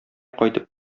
кайтып